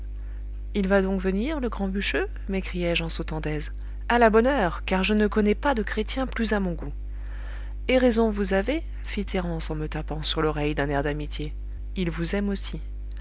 il va donc venir le grand bûcheux m'écriai-je en sautant d'aise à la bonne heure car je ne connais pas de chrétien plus à mon goût et raison vous avez fit thérence en me tapant sur l'oreille d'un air d'amitié il vous aime aussi